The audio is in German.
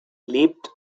lebt